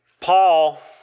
Paul